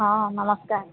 ହଁ ନମସ୍କାର